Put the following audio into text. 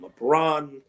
LeBron